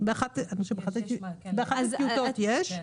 באחת הטיוטות יש.